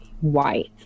white